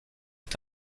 est